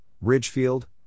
Ridgefield